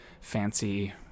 fancy